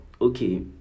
okay